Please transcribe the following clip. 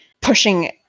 pushing